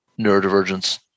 neurodivergence